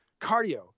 Cardio